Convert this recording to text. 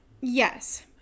Yes